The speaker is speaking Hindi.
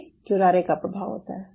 ये क्युरारे का प्रभाव होता है